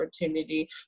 opportunity